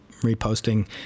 reposting